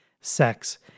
Sex